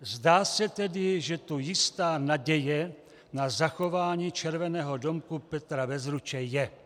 Zdá se tedy, že tu jistá naděje na zachování Červeného domku Petra Bezruče je.